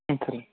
ம் சொல்லுங்கள்